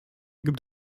gibt